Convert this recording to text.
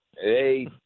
Hey